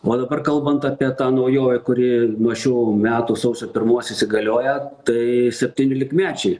o dabar kalbant apie tą naujovę kuri nuo šių metų sausio pirmos įsigalioja tai septyniolikmečiai